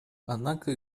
однако